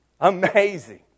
Amazing